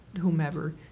whomever